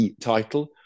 title